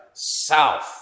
south